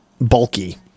bulky